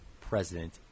president